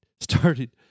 started